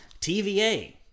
TVA